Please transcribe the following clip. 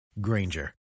Granger